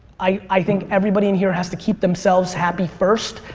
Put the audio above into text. i think everybody in here has to keep themselves happy first,